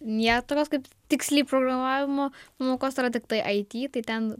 nėra tokios kaip tiksliai programavimo pamokos yra tiktai it tai ten